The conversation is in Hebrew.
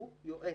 הוא יועץ.